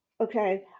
Okay